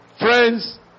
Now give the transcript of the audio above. friends